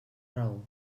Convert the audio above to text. raó